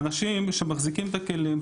האנשים שמחזיקים את הכלים,